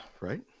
right